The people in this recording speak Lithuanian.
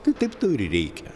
tai taip tau ir reikia